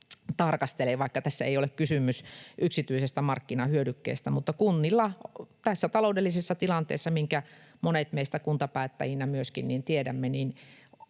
tarkastelee, vaikka tässä ei ole kysymys yksityisestä markkinahyödykkeestä. Mutta kunnilla tässä taloudellisessa tilanteessa, minkä monet meistä kuntapäättäjinä myöskin tietävät, on